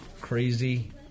crazy